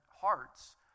hearts